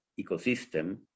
ecosystem